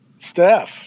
Steph